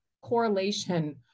correlation